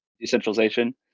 decentralization